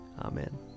amen